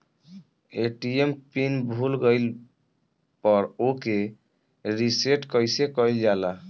ATM pin भूल गईल पर ओके रीसेट कइसे कइल जाला?